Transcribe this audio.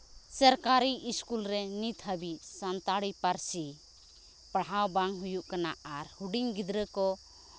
ᱥᱚᱨᱠᱟᱹᱨᱤ school ᱨᱮ ᱱᱤᱛ ᱦᱟᱹᱵᱤᱡ ᱥᱟᱱᱛᱟᱲᱤ ᱯᱟᱹᱨᱥᱤ ᱯᱟᱲᱦᱟᱣ ᱵᱟᱝ ᱦᱩᱭᱩᱜ ᱠᱟᱱᱟ ᱟᱨ ᱦᱩᱰᱤᱧ ᱜᱤᱫᱽᱨᱟᱹ ᱠᱚ